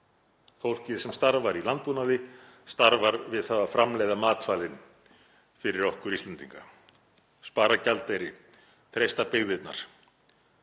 fólkið sem starfar í landbúnaði, starfar við að framleiða matvælin fyrir okkur Íslendinga, spara gjaldeyri, treysta byggðirnar,